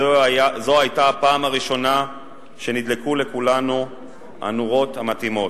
זו היתה הפעם הראשונה שנדלקו אצל כולנו הנורות המתאימות.